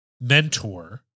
mentor